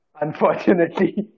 Unfortunately